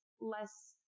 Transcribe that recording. less